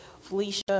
Felicia